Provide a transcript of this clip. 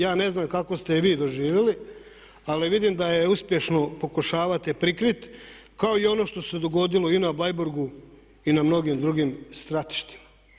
Ja ne znam kako ste je vi doživjeli, ali vidim da je uspješno pokušavate prikriti kao i ono što se dogodilo i na Bleiburgu i na mnogim drugim stratištima.